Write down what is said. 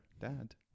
dad